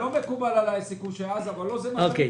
נכון.